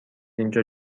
اینجا